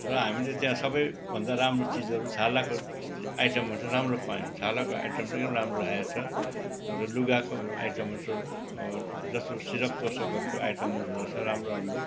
र हामीले त्यहाँ सबैभन्दा राम्रो चिजहरू छालाको आइटमहरू राम्रो पायौँ छालाको आइटम पनि राम्रो राखेको छ अन्त लुगाको आइटमहरू जस्तो सिरक तोसकहरको आइटमहरू रहेछ राम्रो राम्रो